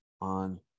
on